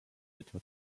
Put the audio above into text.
etwa